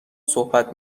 صحبت